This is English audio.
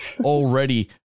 already